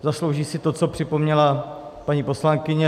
Zaslouží si to, co připomněla paní poslankyně.